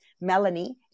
Melanie